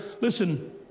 Listen